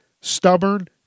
stubborn